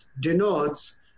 denotes